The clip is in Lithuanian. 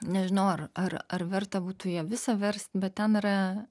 nežinau ar ar ar verta būtų ją visą verst bet ten yra